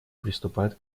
приступает